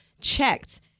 checked